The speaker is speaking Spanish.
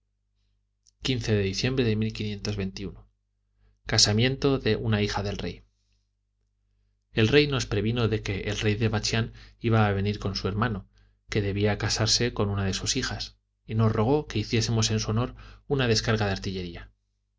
de casamiento de una hija del rey el rey nos previno de que el rey de bachián iba a venir con su hermano que debía casarse con una de sus hijas y nos rogó que hiciésemos en su honor una descarga de artillería